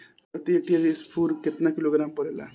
प्रति हेक्टेयर स्फूर केतना किलोग्राम पड़ेला?